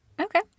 Okay